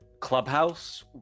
Clubhouse